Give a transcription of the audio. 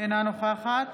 אינה נוכחת